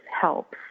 helps